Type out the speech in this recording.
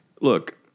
Look